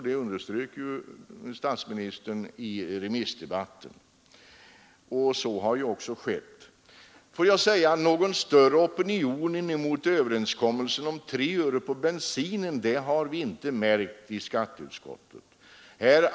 Det underströk statsministern i remissdebatten, och så har också skett. Någon större opinion mot överenskommelsen om 3 öre på bensinen har vi inte märkt i skatteutskottet.